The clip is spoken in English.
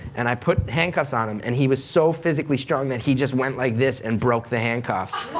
and i put handcuffs on him, and he was so physically strong that he just went like this and broke the handcuffs.